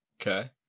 Okay